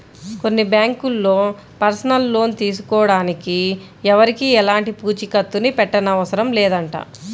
కొన్ని బ్యాంకుల్లో personal loan తీసుకోడానికి ఎవరికీ ఎలాంటి పూచీకత్తుని పెట్టనవసరం లేదంట